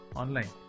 online